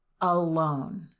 alone